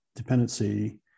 dependency